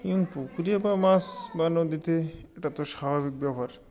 এবং পুকুরে বা মাছ বা নদীতে এটা তো স্বাভাবিক ব্যাপার